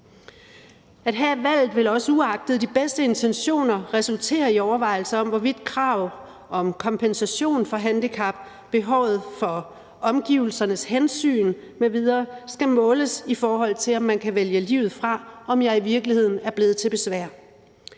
At have valget vil også uagtet de bedste intentioner resultere i overvejelser om, hvorvidt krav om kompensation for handicap, behovet for omgivelsernes hensyn m.v. skal måles i forhold til, om man kan vælge livet fra, og om man i virkeligheden er blevet til besvær.